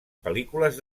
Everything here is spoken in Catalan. pel·lícules